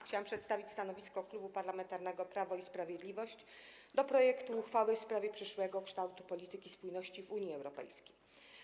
Chciałam przedstawić stanowisko Klubu Parlamentarnego Prawo i Sprawiedliwość wobec projektu uchwały w sprawie przyszłego kształtu polityki spójności w Unii Europejskiej.